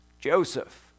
Joseph